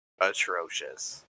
atrocious